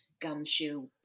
gumshoe